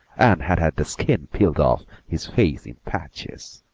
and had had the skin peeled off his face in patches.